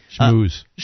Schmooze